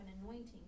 anointing